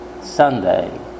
Sunday